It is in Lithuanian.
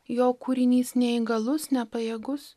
jo kūrinys neįgalus nepajėgus